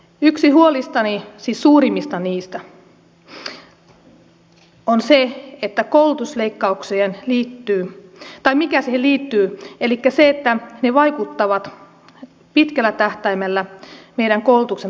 yksi huolistani siis suurimmista niistä on se että koulutusleikkauksiin liittyy se että ne vaikuttavat pitkällä tähtäimellä meidän koulutuksen tasa arvoon